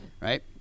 right